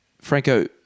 Franco